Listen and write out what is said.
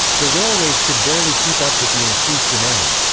the railways could barely keep up with the increased demand.